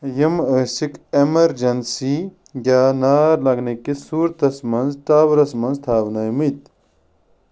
یم ٲسِکھ ایمرجنسی یا نار لگنہ کس صورتس منٛز ٹاورس منٛز تھاونٲمٕتۍ